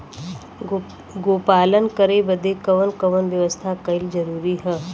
गोपालन करे बदे कवन कवन व्यवस्था कइल जरूरी ह?